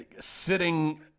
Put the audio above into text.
sitting